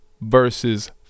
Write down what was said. versus